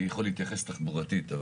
אני יכול להתייחס תחבורתית.